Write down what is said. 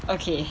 okay